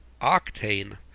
octane